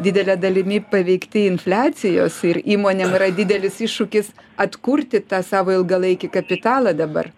didele dalimi paveikti infliacijos ir įmonėm yra didelis iššūkis atkurti tą savo ilgalaikį kapitalą dabar